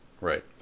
Right